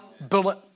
Bullet